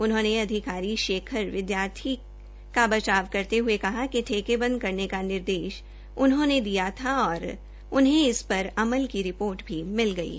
उन्होंने अधिकारियों शेखर विद्यार्थी का बचाव करते ह्ये कहा कि ठेके बंद करने का निर्देश उन्होंने दिया था और उन्हें इस पर अमल की रिपोर्ट मिल गई थी